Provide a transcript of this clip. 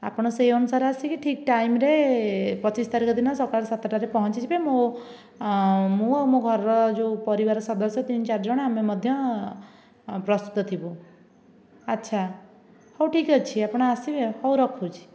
ଆପଣ ସେଇ ଅନୁସାରେ ଆସିକି ଠିକ୍ ଟାଇମରେ ପଚିଶ ତାରିଖ ଦିନ ସକାଳୁ ସାତଟାରେ ପହଁଞ୍ଚିଯିବେ ମୁଁ ମୁଁ ଆଉ ମୋ ଘରର ଯେଉଁ ପରିବାର ସଦସ୍ୟ ତିନି ଚାରି ଜଣ ସଦସ୍ୟ ଆମେ ମଧ୍ୟ ପ୍ରସ୍ତୁତ ଥିବୁ ଆଚ୍ଛା ହେଉ ଠିକ୍ ଅଛି ଆପଣ ଆସିବେ ହେଉ ରଖୁଛି